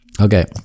Okay